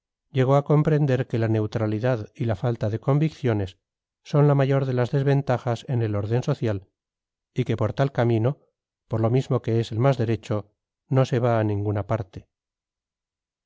llegó a comprender que la neutralidad y la falta de convicciones son la mayor de las desventajas en el orden social y que por tal camino por lo mismo que es el más derecho no se va a ninguna parte